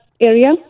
area